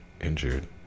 injured